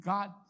God